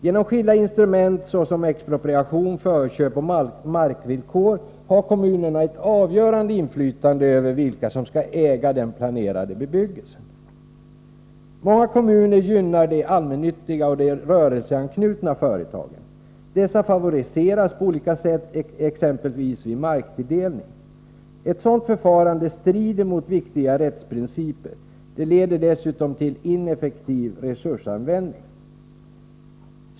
Genom skilda instrument såsom expropriation, förköp och markvillkor har kommunen ett avgörande inflytande över vilka som skall äga den planerade bebyggelsen. Många kommuner gynnar de allmännyttiga och de rörelseanknutna företagen. Dessa favoriseras på olika sätt exempelvis vid marktilldelning. Ett sådant förfarande strider mot viktiga rättsprinciper. Det leder dessutom till ineffektiv resursanvändning.